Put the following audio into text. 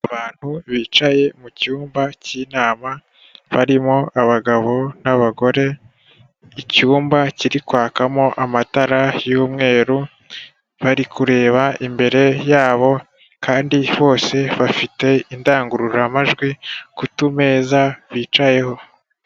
Abantu bicaye mu cyumba k'inama, barimo abagabo n'abagore, icyumba kiri kwakamo amatara y'umweru, bari kureba imbere yabo, kandi bose bafite indangururamajwi ku tumeza bicayeho.